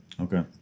Okay